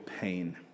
pain